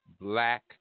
Black